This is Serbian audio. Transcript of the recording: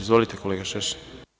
Izvolite, kolega Šešelj.